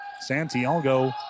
Santiago